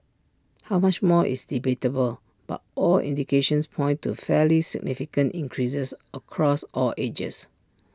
how much more is debatable but all indications point to fairly significant increases across all ages